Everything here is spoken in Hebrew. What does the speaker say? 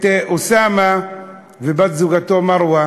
את אוסאמה ואת בת-זוגו מרווה